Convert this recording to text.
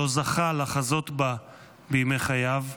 לא זכה לחזות בה בימי חייו,